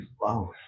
wow